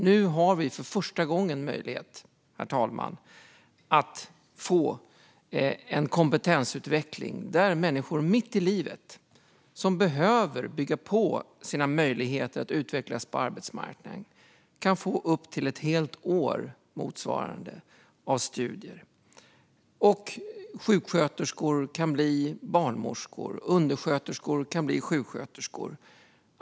Nu finns det för första gången möjlighet för människor som är mitt i livet och som behöver bygga på sina möjligheter att utvecklas på arbetsmarknaden att få en kompetensutveckling som att få upp till motsvarande ett helt år av studier. Sjuksköterskor kan bli barnmorskor. Undersköterskor kan bli sjuksköterskor.